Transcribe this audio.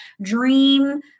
dream